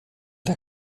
der